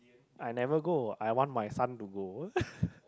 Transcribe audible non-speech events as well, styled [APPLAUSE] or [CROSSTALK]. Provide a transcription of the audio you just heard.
I never go I want my son to go [LAUGHS]